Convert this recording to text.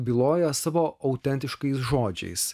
byloja savo autentiškais žodžiais